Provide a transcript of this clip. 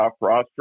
roster